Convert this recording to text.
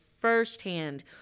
firsthand